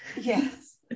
Yes